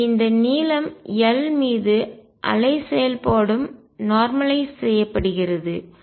எனவே இந்த நீளம் L மீது அலை செயல்பாடும் நார்மலயிஸ் செய்யப்படுகிறது